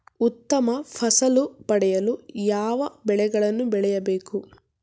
ಉತ್ತಮ ಫಸಲು ಪಡೆಯಲು ಯಾವ ಬೆಳೆಗಳನ್ನು ಬೆಳೆಯಬೇಕು?